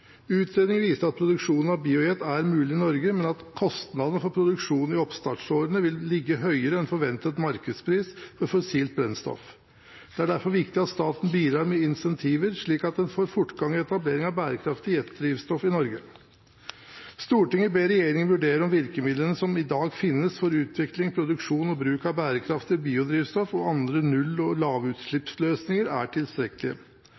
Utredninger viser at produksjon av biojet er mulig i Norge, men at kostnadene for produksjonen i oppstartsårene vil ligge høyere enn forventet markedspris for fossilt brennstoff. Det er derfor viktig at staten bidrar med incentiver slik at en får fortgang i etablering av bærekraftig jetdrivstoff i Norge. Stortinget ber regjeringen vurdere om virkemidlene som i dag finnes for utvikling, produksjon og bruk av bærekraftig biodrivstoff og andre null- og